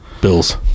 Bills